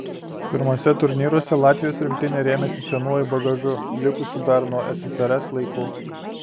pirmuose turnyruose latvijos rinktinė rėmėsi senuoju bagažu likusiu dar nuo ssrs laikų